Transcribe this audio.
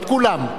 את כולם.